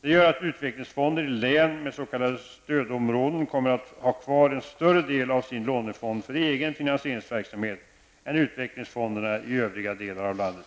Det gör att uvecklingsfonder i län med s.k. stödområden kommer att ha kvar en större andel av sin lånefond för egen finansieringsverksamhet än utvecklingsfonderna i övriga delar av landet.